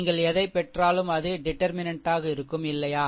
நீங்கள் எதைப் பெற்றாலும் அது டிடெர்மினென்ட் ஆக இருக்கும் இல்லையா